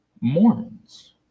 Mormons